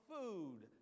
food